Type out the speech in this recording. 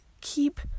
keep